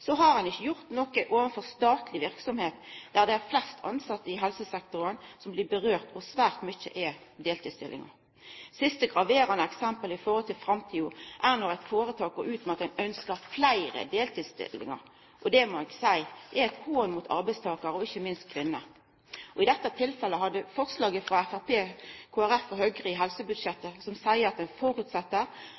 har ein ikkje gjort noko overfor statlege verksemder der det er flest tilsette i helsesektoren som dette gjeld, og der det er svært mange deltidsstillingar. Det siste graverande eksempelet i forhold til framtida er at eit føretak går ut med at ein ønskjer fleire deltidsstillingar. Det er ein hån mot arbeidstakarane og ikkje minst mot kvinnene. I dette tilfellet har Framstegspartiet, Kristeleg Folkeparti og Høgre eit forslag i samband med helsebudsjettet som seier at